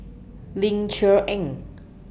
Ling Cher Eng